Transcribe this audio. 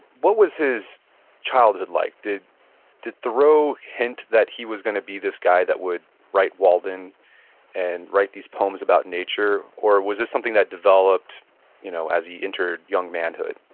what was his childhood like? did did thoreau hint that he was gonna be this guy that would write walden and write these poems about nature, or was this something that developed you know as he entered young manhood?